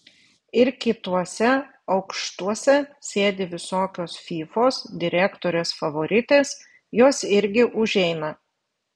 ir kituose aukštuose sėdi visokios fyfos direktorės favoritės jos irgi užeina